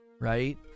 right